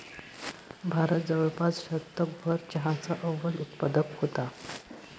भारत जवळपास शतकभर चहाचा अव्वल उत्पादक होता